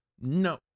no